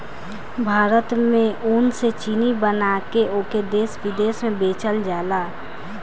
भारत में ऊख से चीनी बना के ओके देस बिदेस में बेचल जाला